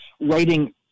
writing